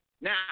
Now